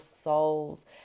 souls